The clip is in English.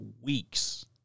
weeks